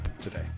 today